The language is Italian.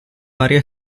varie